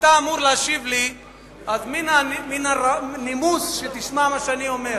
אתה אמור להשיב לי ולכן מן הנימוס שתשמע מה שאני אומר,